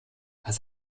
was